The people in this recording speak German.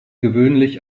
gewöhnlich